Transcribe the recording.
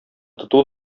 тоту